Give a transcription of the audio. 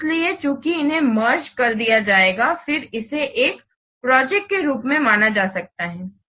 इसलिए चूंकि उन्हें मेर्गेड कर दिया जाएगा फिर इसे एक प्रोजेक्ट के रूप में माना जा सकता है